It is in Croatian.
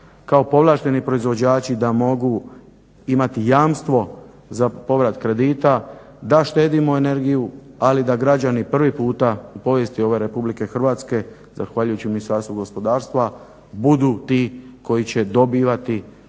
kao povlašteni proizvođači da mogu imati jamstvo za povrat kredita, da štedimo energiju. Ali da građani prvi puta u povijesti ove Republike Hrvatske zahvaljujući Ministarstvu gospodarstva budu ti koji će dobivati sredstva